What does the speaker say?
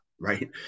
right